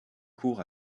cour